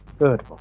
Good